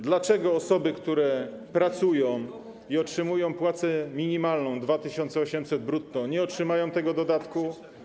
Dlaczego osoby, które pracują i otrzymują płacę minimalną 2800 zł brutto, nie otrzymają tego dodatku?